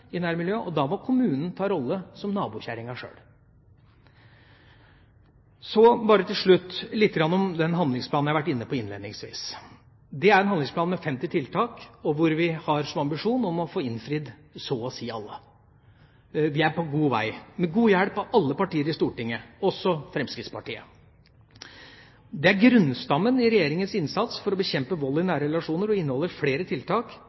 i nærmiljøet, og da må kommunen ta rollen som nabokjerringa sjøl. Så bare til slutt lite grann om den handlingsplanen jeg var inne på innledningsvis. Det er en handlingsplan med 50 tiltak, hvor vi har som ambisjon å få innfridd så å si alle. Vi er på god vei, med god hjelp av alle partier i Stortinget, også Fremskrittspartiet. Handlingsplanen er grunnstammen i Regjeringas innsats for å bekjempe vold i nære relasjoner, og inneholder flere tiltak rettet direkte mot kvinner med etnisk minoritetsbakgrunn. Ett viktig tiltak